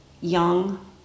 young